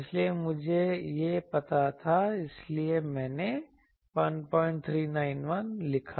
इसलिए मुझे यह पता था इसीलिए मैंने 1391 लिखा